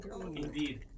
Indeed